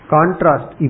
Contrast